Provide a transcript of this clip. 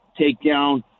takedown